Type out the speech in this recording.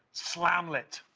slamlet.